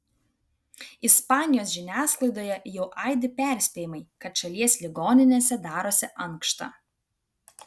ispanijos žiniasklaidoje jau aidi perspėjimai kad šalies ligoninėse darosi ankšta